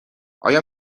آیا